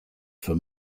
for